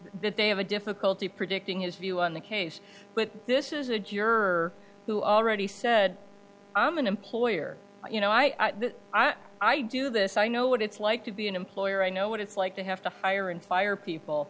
that they have a difficulty predicting his view on the case but this is a juror who already said i'm an employer you know i i do this i know what it's like to be an employer i know what it's like to have to hire and fire